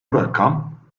rakam